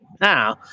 Now